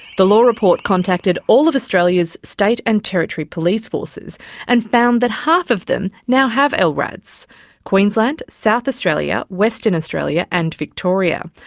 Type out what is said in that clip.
the law report contacted all of australia's state and territory police forces and found that half of them now have lrads queensland, south australia, western australia, and victoria,